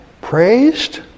praised